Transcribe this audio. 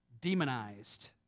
demonized